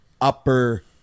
upper